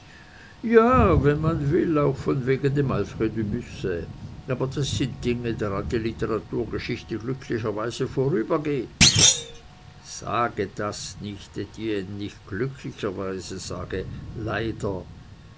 ja wenn man will auch von wegen dem alfred de musset aber das sind dinge daran die literaturgeschichte glücklicherweise vorübergeht sage das nicht etienne nicht glücklicherweise sage leider